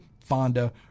Fonda